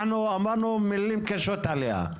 אנחנו אמרנו מילים קשות עליה.